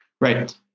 right